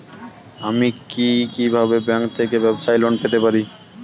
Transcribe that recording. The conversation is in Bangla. আমি কি কিভাবে ব্যাংক থেকে ব্যবসায়ী লোন পেতে পারি?